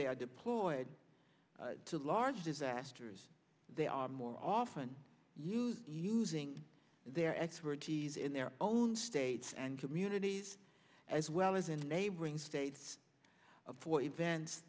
they are deployed to large disasters they are more often used using their expertise in their own states and communities as well as in the neighboring states for events